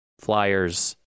flyers